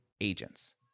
agents